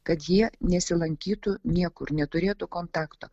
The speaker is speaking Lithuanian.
kad jie nesilankytų niekur neturėtų kontakto